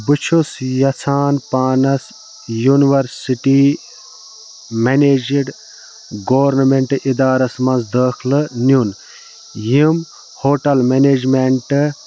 بہٕ چھُس یَژھان پانَس یونیورسِٹی منیجٕڈ گورنَمٮ۪نٛٹ اِدارس مَنٛز دٲخلہٕ نِیُن یِم ہوٹل منیجمٮ۪نٛٹہِٕ